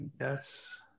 Yes